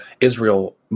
israel